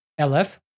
LF